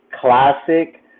classic